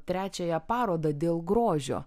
trečiąją parodą dėl grožio